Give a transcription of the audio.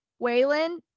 Waylon